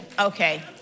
Okay